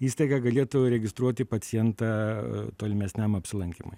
įstaiga galėtų registruoti pacientą tolimesniam apsilankymui